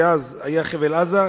ואז היה חבל-עזה,